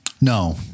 No